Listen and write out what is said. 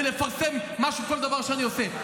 בלפרסם כל דבר שאני עושה.